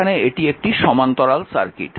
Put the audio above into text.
এখানে এটি একটি সমান্তরাল সার্কিট